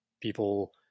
people